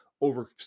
over